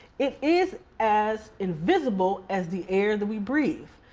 it is as invisible as the air that we breathe.